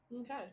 okay